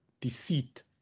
deceit